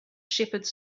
shepherds